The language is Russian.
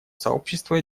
сообщества